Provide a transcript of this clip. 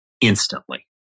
instantly